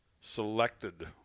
selected